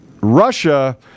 Russia